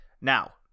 Now